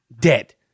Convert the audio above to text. dead